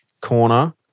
corner